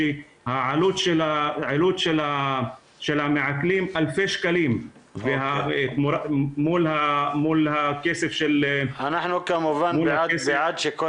שהעלות של המעקלים אלפי שקלים מול הכסף --- אנחנו כמובן בעד שכל